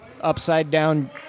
upside-down